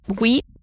Wheat